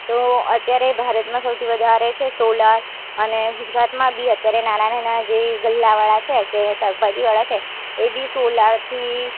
તો અત્યારે ભારતમાં સૌથી વધારે છે સોલાર અને ગુજરાતમાં બી અત્યારે નાનાં નાનાં જે ગલ્લાવાળા છે જે શાકભાજીવાળા છે એ બી સોલારથી